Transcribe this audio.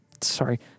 sorry